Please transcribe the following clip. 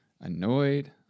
annoyed